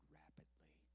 rapidly